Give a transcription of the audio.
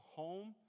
home